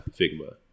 Figma